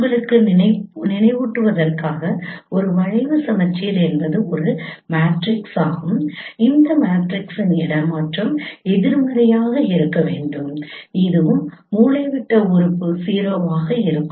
உங்களுக்கு நினைவூட்டுவதற்காக ஒரு வளைவு சமச்சீர் என்பது ஒரு மேட்ரிக்ஸ் ஆகும் இந்த மேட்ரிக்ஸின் இடமாற்றம் எதிர்மறையாக இருக்க வேண்டும் இதுவும் மூலைவிட்ட உறுப்பு ௦ ஆகவும் இருக்கும்